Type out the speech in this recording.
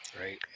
Right